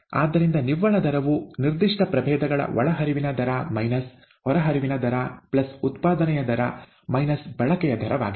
ಆದ್ದರಿಂದ ನಿವ್ವಳ ದರವು ನಿರ್ದಿಷ್ಟ ಪ್ರಭೇದಗಳ ಒಳಹರಿವಿನ ದರ ಮೈನಸ್ ಹೊರಹರಿವಿನ ದರ ಪ್ಲಸ್ ಉತ್ಪಾದನೆಯ ದರ ಮೈನಸ್ ಬಳಕೆಯ ದರವಾಗಿದೆ